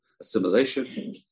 assimilation